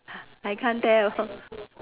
I can't tell